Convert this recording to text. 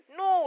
no